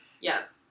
yes